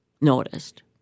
noticed